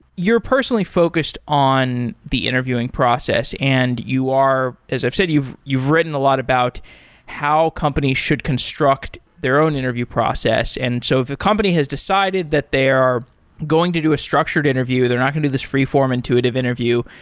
you're personally focused on the interviewing process and you are, as i've said, you've you've written a lot about how companies should construct their own interview process. and so if a company has decided that they are going to do a structured interview, they're not going to do this freeform intuitive interview.